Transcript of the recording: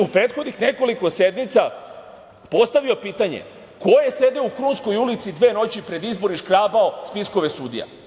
U prethodnih nekoliko sednica postavio sam pitanje ko je sedeo u Krunskoj ulici dve noći pred izbore i škrabao spiskove sudija?